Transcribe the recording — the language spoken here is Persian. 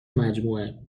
مجموعه